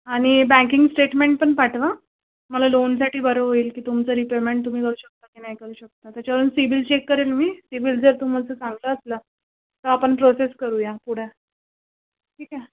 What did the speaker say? आणि banking statement पण पाठवा मला लोनसाठी बरं होईल की तुमचं रिपेमेंट तुम्ही करू शकता की नाही करू शकता त्याच्यावरून सिबिल चेक करेन मी सिबिल जर तुमचं चांगलं असलं तर आपण प्रोसेस करू या पुढं ठीक आहे